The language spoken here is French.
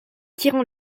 tirant